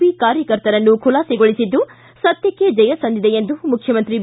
P ಕಾರ್ಯಕರ್ತರನ್ನು ಖುಲಾಸೆಗೊಳಿಸಿದ್ದು ಸತ್ಯಕ್ಕೆ ಜಯ ಸಂದಿದೆ ಎಂದು ಮುಖ್ಯಮಂತ್ರಿ ಬಿ